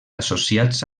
associats